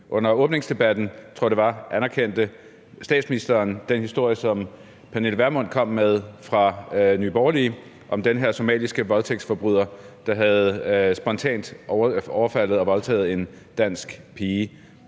under åbningsdebatten, at statsministeren anerkendte den historie, som Pernille Vermund fra Nye Borgerlige kom med om den her somaliske voldtægtsforbryder, der spontant havde overfaldet og voldtaget en dansk pige.